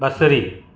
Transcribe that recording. बसरी